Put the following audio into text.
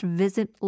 visit